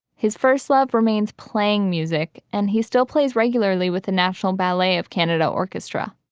his first love remains playing music, and he still plays regularly with the national ballet of canada orchestra.